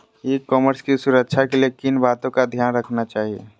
ई commerce की सुरक्षा के लिए किन बातों का ध्यान रखना चाहिए?